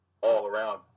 all-around